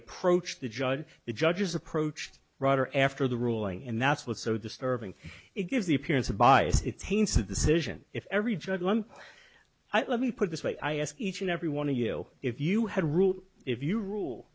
approached the judge the judges approached ryder after the ruling and that's what's so disturbing it gives the appearance of bias it taints the decision if every judge i let me put this way i ask each and every one of you if you had a rule if you rule